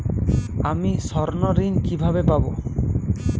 আমি স্বর্ণঋণ কিভাবে পাবো?